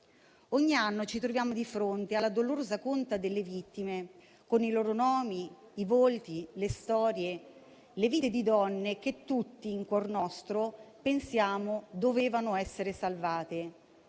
Ogni anno ci troviamo di fronte alla dolorosa conta delle vittime, con i loro nomi, volti e storie; le vite di donne che tutti, in cuor nostro, pensiamo dovevano essere salvate,